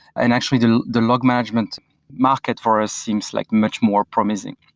and actually, the the log management market for us seems like much more promising.